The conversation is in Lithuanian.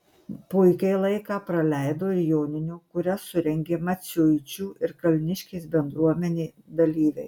puikiai laiką praleido ir joninių kurias surengė maciuičių ir kalniškės bendruomenė dalyviai